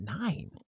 nine